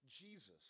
Jesus